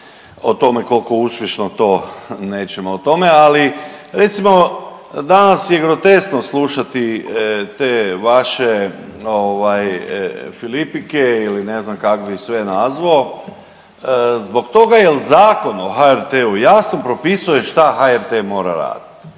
o tome kolko uspješno to nećemo o tome, ali recimo danas je groteskno slušati te vaše filipike ili ne znam kak bi ih sve nazvao jel zbog toga jer Zakon o HRT-u jasno propisuje šta HRT mora radit,